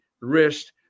wrist